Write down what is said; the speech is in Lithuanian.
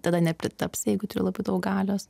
tada nepritapsi jeigu turi labai daug galios